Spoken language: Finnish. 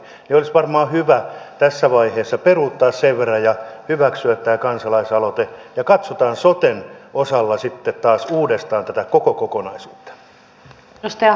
olisi varmaan hyvä tässä vaiheessa peruuttaa sen verran ja hyväksyä tämä kansalaisaloite ja katsotaan soten kanssa sitten taas uudestaan tätä koko kokonaisuutta